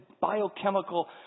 biochemical